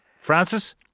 Francis